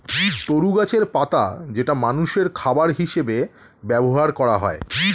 তরু গাছের পাতা যেটা মানুষের খাবার হিসেবে ব্যবহার করা হয়